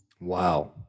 Wow